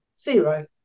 zero